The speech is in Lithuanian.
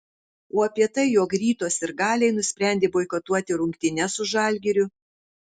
o apie tai jog ryto sirgaliai nusprendė boikotuoti rungtynes su žalgiriu